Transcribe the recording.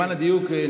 למען הדיוק,